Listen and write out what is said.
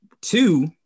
two